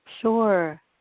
Sure